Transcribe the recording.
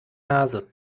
nase